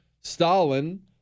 Stalin